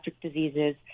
diseases